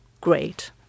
great